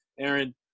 Aaron